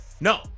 No